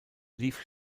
lief